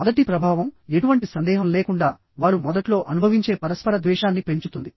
మొదటి ప్రభావం ఎటువంటి సందేహం లేకుండా వారు మొదట్లో అనుభవించే పరస్పర ద్వేషాన్ని పెంచుతుంది